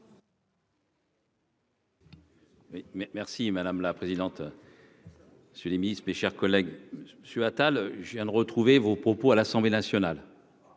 Merci madame la présidente. Bonsoir. Sur les ministres, mes chers collègues, monsieur Attal, je viens de retrouver vos propos à l'Assemblée nationale.